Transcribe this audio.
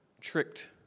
tricked